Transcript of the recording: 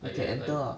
you can enter ah